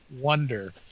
wonder